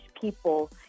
people